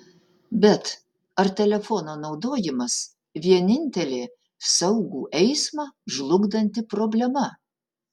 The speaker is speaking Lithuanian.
bet ar telefono naudojimas vienintelė saugų eismą žlugdanti problema